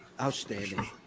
Outstanding